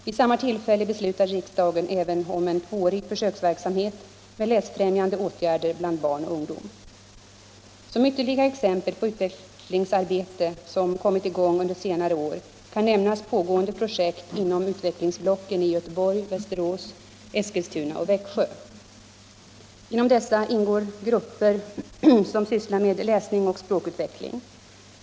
Vid samma tillfälle beslutade riksdagen även om en tvåårig försöksverksamhet med läsfrämjande åtgärder bland barn och ungdom. Som ytterligare exempel på utvecklingsarbete som kommit i gång under senare år kan nämnas pågående projekt inom utvecklingsblocken i Göteborg, Västerås, Eskilstuna och Växjö. I dessa ingår grupper som sysslar med läsning och språkutveckling.